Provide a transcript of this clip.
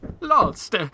Lost